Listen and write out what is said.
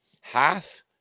hath